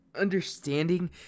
understanding